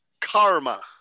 karma